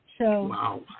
Wow